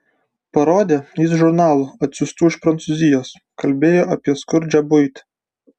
parodė jis žurnalų atsiųstų iš prancūzijos kalbėjo apie skurdžią buitį